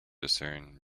discern